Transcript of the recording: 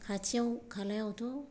खाथि खालायावथ'